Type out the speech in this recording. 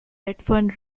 redfern